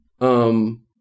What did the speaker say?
Um-